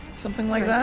something like that?